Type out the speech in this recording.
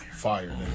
fire